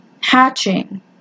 hatching